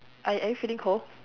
ar~ are you feeling cold